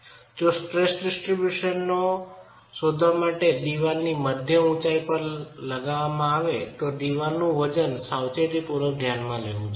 જો stress distribution નો અંદાજ દિવાલની મધ્ય ઉંચાઈ પર લગાવામાં આવે તો દીવાલ નું વજન સાવચેતી પૂર્વક ધ્યાનમાં લેવું જોઈએ